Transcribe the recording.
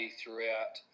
throughout